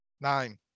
Nine